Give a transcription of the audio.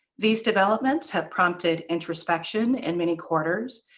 these developments have prompted introspection in many quarters,